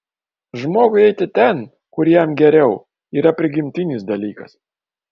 žmogui eiti ten kur jam geriau yra prigimtinis dalykas